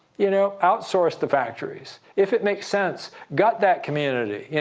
you know outsource the factories. if it makes sense, gut that community.